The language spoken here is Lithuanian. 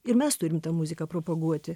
ir mes turim tą muziką propaguoti